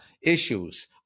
issues